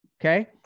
okay